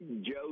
Joe